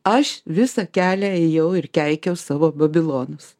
aš visą kelią ėjau ir keikiau savo babilonus